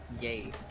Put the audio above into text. Yay